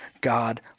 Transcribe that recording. God